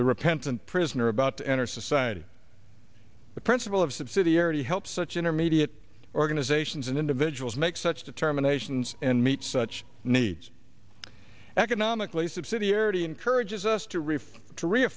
the repentant prisoner about to enter society the principle of subsidiarity help such intermediate organizations and individuals make such determinations and meet such needs economically subsidiarity encourages us to